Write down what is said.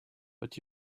but